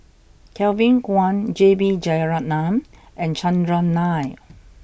Kevin Kwan J B Jeyaretnam and Chandran Nair